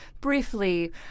briefly